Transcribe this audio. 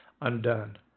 undone